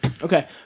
Okay